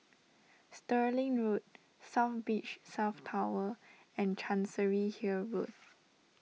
Stirling Road South Beach South Tower and Chancery Hill Road